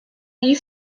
you